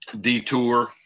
Detour